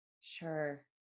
Sure